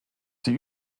die